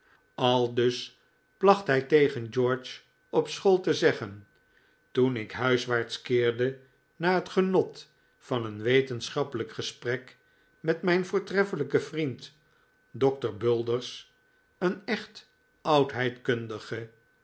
aldus placht hij tegen george op school te zeggen toen ik huiswaarts keerde na het genot van een wetenschappelijk gesprek met mijn voortreffelijken vriend doctor bulders een echt